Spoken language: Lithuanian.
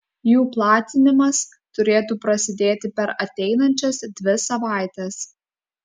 jų platinimas turėtų prasidėti per ateinančias dvi savaites